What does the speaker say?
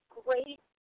great